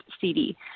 cd